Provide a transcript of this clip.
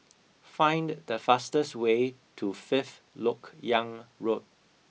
find the fastest way to Fifth Lok Yang Road